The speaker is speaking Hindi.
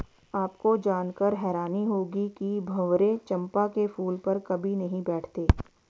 आपको जानकर हैरानी होगी कि भंवरे चंपा के फूल पर कभी नहीं बैठते